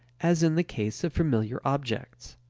as in the case of familiar objects.